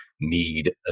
need